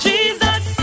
Jesus